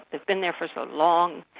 they've been there for so long.